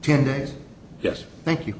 ten days yes thank you